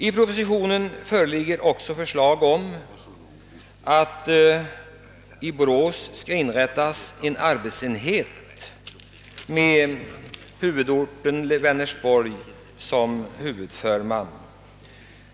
I propositionen föreslås också att i Borås skall inrättas en arbetsenhet lydande under lantbruksnämndens huvudort i Vänersborg.